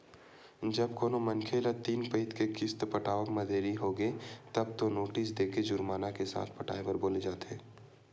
जब कोनो मनखे ल तीन पइत के किस्त पटावब म देरी होगे तब तो नोटिस देके जुरमाना के साथ पटाए बर बोले जाथे